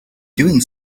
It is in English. doing